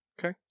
Okay